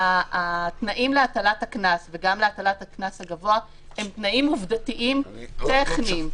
התנאים להטלת הקנס וגם להטלת הקנס הגבוה הם תנאים עובדתיים טכניים.